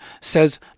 says